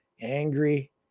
angry